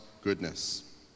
goodness